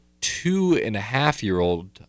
two-and-a-half-year-old